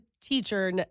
teacher